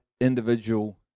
individual